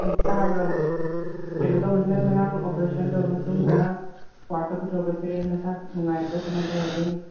ꯑꯣ ꯇꯥꯕ꯭ꯔꯣ ꯀꯩꯅꯣ ꯇꯧꯕꯅꯦ ꯅꯪ ꯉꯔꯥꯡ ꯑꯣꯄꯔꯦꯁꯟ ꯇꯧꯔ ꯃꯇꯨꯡꯗ ꯋꯥꯔꯠꯇ ꯄꯨꯊꯣꯔꯛꯄꯁꯦ ꯅꯁꯥ ꯅꯨꯉꯥꯏꯕ꯭ꯔꯣ ꯀꯃꯥꯏꯅ ꯇꯧꯔꯒꯦ